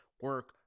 Work